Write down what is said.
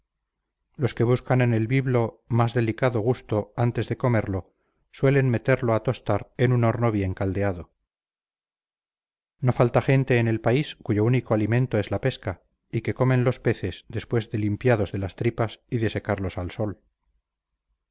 los que buscan en el biblo más delicado gusto antes de comerlo suelen meterlo a tostar en un horno bien caldeado no falta gente en el país cuyo único alimento es la pesca y que comen los peces después de limpiados de las tripas y de secarlos al sol